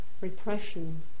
repression